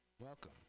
Welcome